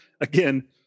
again